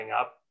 up